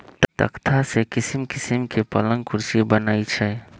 तकख्ता से किशिम किशीम के पलंग कुर्सी बनए छइ